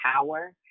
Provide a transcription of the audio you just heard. power